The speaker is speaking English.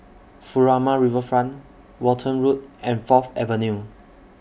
Furama Riverfront Walton Road and Fourth Avenue